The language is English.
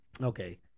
Okay